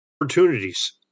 opportunities